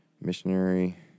missionary